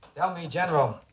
tell me general.